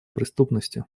преступности